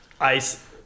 ice